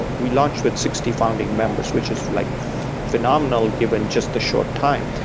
but we launched with sixty founding members, which is like phenomenal given just a short time.